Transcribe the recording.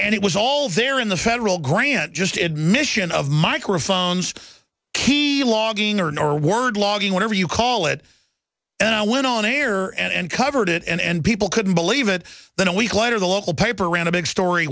and it was all there in the federal grant just admission of microphones key logging or nor word logging whatever you call it and i went on air and covered it and people couldn't believe it then a week later the local paper ran a big story